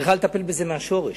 צריכה לטפל בזה מהשורש.